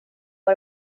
var